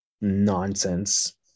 nonsense